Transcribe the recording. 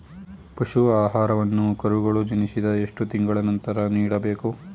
ಪಶು ಆಹಾರವನ್ನು ಕರುಗಳು ಜನಿಸಿದ ಎಷ್ಟು ತಿಂಗಳ ನಂತರ ನೀಡಬೇಕು?